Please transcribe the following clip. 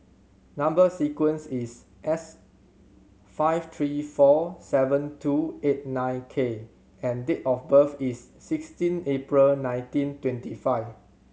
number sequence is S five three four seven two eight nine K and date of birth is sixteen April nineteen twenty five